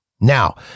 Now